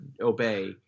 obey